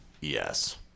Yes